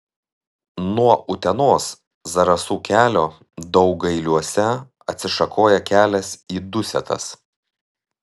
nuo utenos zarasų kelio daugailiuose atsišakoja kelias į dusetas